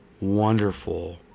wonderful